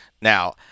Now